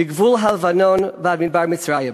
מגבול הלבנון ועד מדבר מצרים